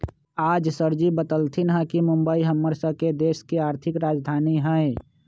आज सरजी बतलथिन ह कि मुंबई हम्मर स के देश के आर्थिक राजधानी हई